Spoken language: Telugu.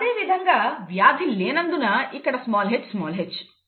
అదే విధంగా వ్యాధి లేనందున ఇక్కడ hh